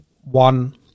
one